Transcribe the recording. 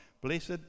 blessed